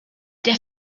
der